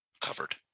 covered